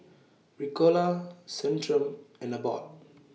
Ricola Centrum and Abbott